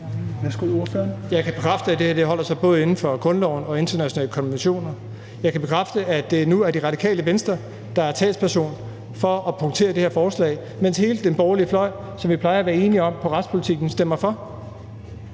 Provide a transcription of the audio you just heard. Jeg kan bekræfte, at det her holder sig inden for både grundloven og internationale konventioner. Jeg kan bekræfte, at det nu er Det Radikale Venstre, der er talsperson for at punktere det her forslag, mens hele den borgerlige fløj, som vi plejer at være enige med i retspolitikken, stemmer for.